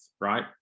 right